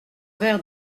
vers